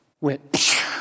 went